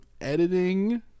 editing